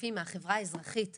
וגופים מהחברה האזרחית והציגו,